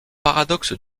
paradoxe